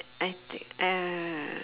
I th~ uh